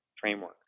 framework